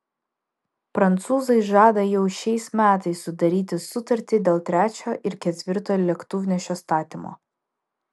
prancūzai žada jau šiais metais sudaryti sutartį dėl trečio ir ketvirto lėktuvnešio statymo